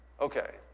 Okay